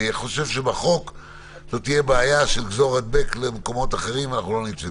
אני חושב שבחוק זאת תהיה בעיה של גזור-הדבק למקומות אחרים ולא נצא מזה.